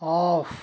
off